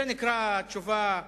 זה נקרא תשובה עניינית?